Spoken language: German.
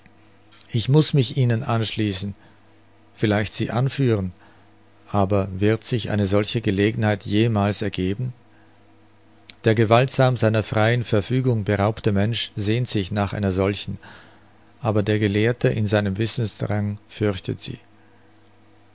ich muß mich ihnen anschließen vielleicht sie anführen aber wird sich eine solche gelegenheit jemals ergeben der gewaltsam seiner freien verfügung beraubte mensch sehnt sich nach einer solchen aber der gelehrte in seinem wissensdrang fürchtet sie